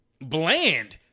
Bland